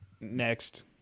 Next